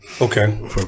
Okay